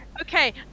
okay